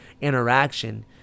interaction